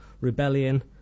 rebellion